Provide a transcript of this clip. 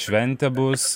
šventė bus